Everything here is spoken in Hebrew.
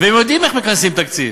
והם יודעים איך מכנסים תקציב.